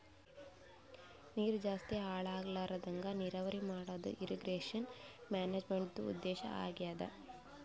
ನೀರ್ ಜಾಸ್ತಿ ಹಾಳ್ ಆಗ್ಲರದಂಗ್ ನೀರಾವರಿ ಮಾಡದು ಇರ್ರೀಗೇಷನ್ ಮ್ಯಾನೇಜ್ಮೆಂಟ್ದು ಉದ್ದೇಶ್ ಆಗ್ಯಾದ